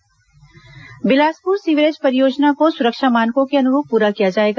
sewerage परियोजना Bilaspur sewerage परियोजना को सुरक्षा मानकों के अनुरूप पूरा किया जाएगा